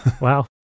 Wow